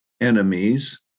enemies